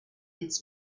its